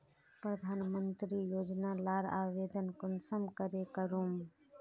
प्रधानमंत्री योजना लार आवेदन कुंसम करे करूम?